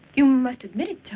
you must admit it, tom.